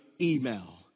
email